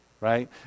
right